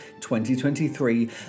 2023